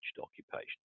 occupation